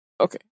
okay